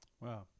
Wow